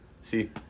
See